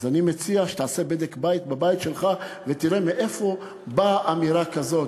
אז אני מציע שתעשה בדק בית אצלך ותראה מאיפה באה אמירה כזאת,